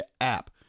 app